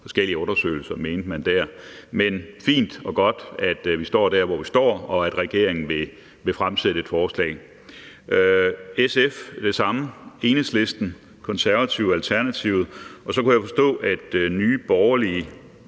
på det tidspunkt mente. Men fint og godt, at vi står der, hvor vi står, og at regeringen vil fremsætte et forslag. For SF, Enhedslisten, Konservative, Alternativet gælder det samme, og så kunne jeg forstå, at Nye Borgerlige